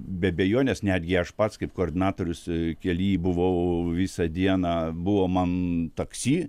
be abejonės netgi aš pats kaip koordinatorius kely buvau visą dieną buvo man taksi